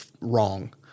wrong